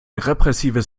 repressives